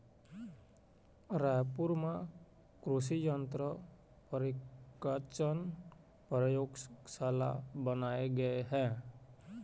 रायपुर म कृसि यंत्र परीक्छन परयोगसाला बनाए गे हे